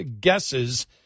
guesses